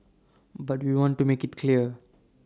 but we want to make IT clear